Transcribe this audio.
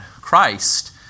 Christ